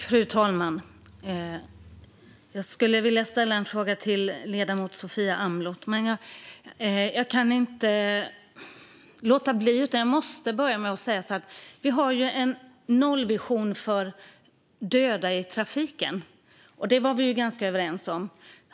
Fru talman! Jag skulle vilja ställa en fråga till ledamoten Sofia Amloh, men jag måste börja med att säga följande. Vi har en nollvision för döda i trafiken, och den var vi ganska överens om.